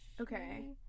okay